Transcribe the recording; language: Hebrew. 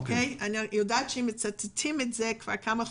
אני יודעת שמצטטים את זה כבר כמה חודשים.